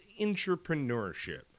entrepreneurship